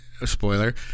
spoiler